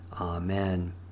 Amen